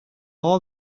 all